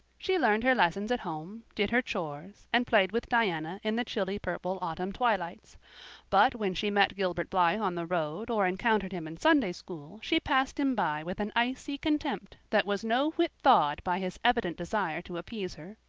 she learned her lessons at home, did her chores, and played with diana in the chilly purple autumn twilights but when she met gilbert blythe on the road or encountered him in sunday school she passed him by with an icy contempt that was no whit thawed by his evident desire to appease her.